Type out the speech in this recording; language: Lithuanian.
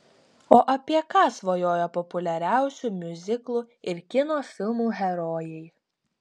o apie ką svajoja populiariausių miuziklų ir kino filmų herojai